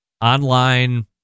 online